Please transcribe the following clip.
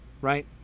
right